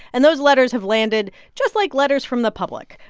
and those letters have landed just like letters from the public.